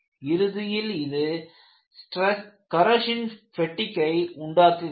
இறுதியில் இது கரோஷன் பெட்டிக்கை உண்டாக்குகிறது